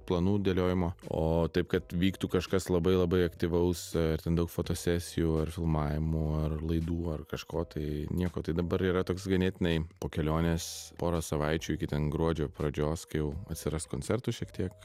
planų dėliojimo o taip kad vyktų kažkas labai labai aktyvaus ar ten daug fotosesijų ar filmavimų ar laidų ar kažko tai nieko tai dabar yra toks ganėtinai po kelionės pora savaičių iki ten gruodžio pradžios kai jau atsiras koncertų šiek tiek